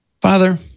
Father